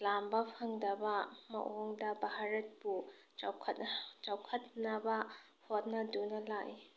ꯂꯥꯝꯕ ꯐꯪꯗꯕ ꯃꯑꯣꯡꯗ ꯚꯥꯔꯠꯄꯨ ꯆꯥꯎꯈꯠꯅꯕ ꯍꯣꯠꯅꯗꯨꯅ ꯂꯥꯛꯏ